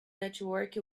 network